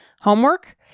homework